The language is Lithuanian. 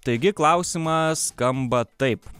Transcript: taigi klausimas skamba taip